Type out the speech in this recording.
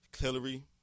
Hillary